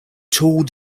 tore